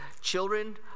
children